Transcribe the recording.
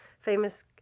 famous